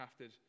crafted